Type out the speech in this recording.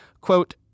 Quote